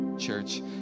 church